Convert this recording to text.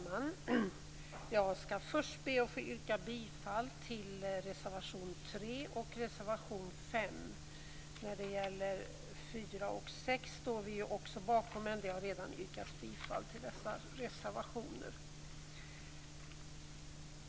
Fru talman! Jag skall först be att få yrka bifall till reservationerna 3 och 5. Vi står också bakom reservationerna 4 och 6, men det har redan tidigare yrkats bifall till dessa.